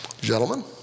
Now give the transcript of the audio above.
Gentlemen